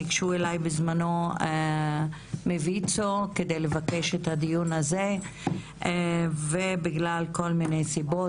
ניגשו אליי בזמנו מויצ"ו על מנת לבקש את הדיון הזה ובגלל כל מיני סיבות,